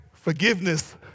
Forgiveness